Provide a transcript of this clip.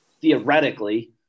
theoretically